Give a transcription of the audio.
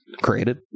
created